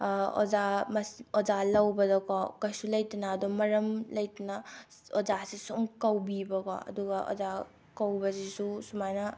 ꯑꯣꯖꯥ ꯑꯣꯖꯥ ꯂꯧꯗꯀꯣ ꯀꯩꯁꯨ ꯂꯩꯇꯅ ꯑꯗꯨꯝ ꯃꯔꯝ ꯑꯩꯇꯅ ꯑꯣꯖꯥꯁꯤ ꯁꯨꯝ ꯀꯧꯕꯤꯕꯀꯣ ꯑꯗꯨꯒ ꯑꯣꯖꯥ ꯀꯧꯕꯁꯤꯁꯨ ꯁꯨꯃꯥꯏꯅ